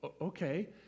okay